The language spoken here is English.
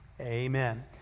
Amen